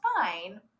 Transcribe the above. fine